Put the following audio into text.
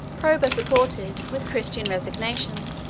proba supported, with christian resignation,